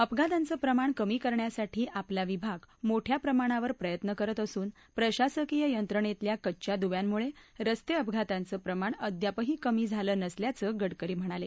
अपघातांचं प्रमाण कमी करण्यासाठी आपला विभाग मोठ्या प्रमाणावर प्रयत्न करत असून प्रशासकीय यंत्रणेतल्या कच्च्या दव्यांमुळे रस्ते अपघातांचं प्रमाण अद्यापही कमी झालं नसल्याचं गडकरी म्हणाले